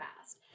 fast